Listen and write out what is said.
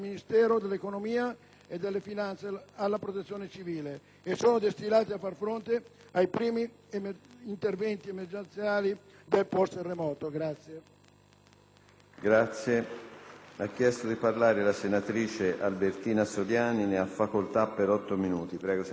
e delle finanze alla Protezione civile e sono destinati a far fronte ai primi interventi emergenziali del post-terremoto.